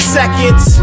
seconds